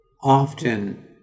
Often